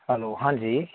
hello ਹਾਂਜੀ